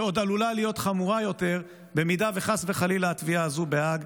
שעוד עלולה להיות חמורה יותר אם חס וחלילה תתקבל התביעה הזאת בהאג.